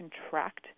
contract